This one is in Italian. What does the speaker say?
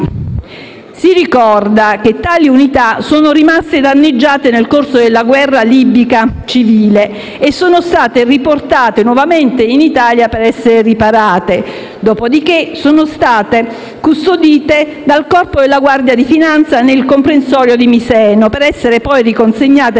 4 unità navali. Tali unità sono rimaste danneggiate nel corso della guerra civile libica e sono state riportate nuovamente in Italia per essere riparate, dopodiché sono state custodite dal Corpo della Guardia di Finanza nel comprensorio di Miseno per essere poi riconsegnate alla Libia nell'aprile